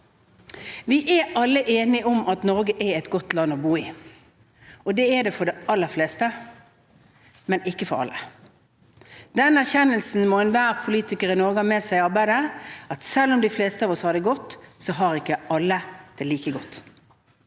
Vi er alle enige om at Norge er et godt land å bo i, og det er det for de aller fleste, men ikke for alle. Den erkjennelsen må enhver politiker i Norge ha med seg i arbeidet, at selv om de fleste av oss har det godt, så har ikke alle det like godt.